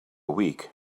week